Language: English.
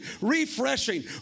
refreshing